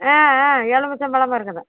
ஆ ஆ எலும்மிச்ச பழமும் இருக்குது